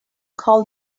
call